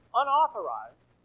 unauthorized